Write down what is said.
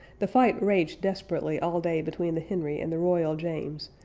the fight raged desperately all day between the henry and the royal james,